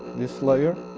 this layer